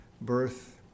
birth